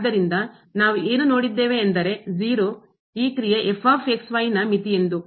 ಆದ್ದರಿಂದ ನಾವು ಏನು ನೋಡಿದ್ದೇವೆ ಎಂದರೆ 0 ಈ ಕ್ರಿಯೆ ನ ಮಿತಿ ಎಂದು